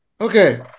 Okay